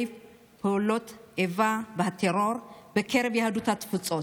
פעולות האיבה והטרור בקרב יהדות התפוצות.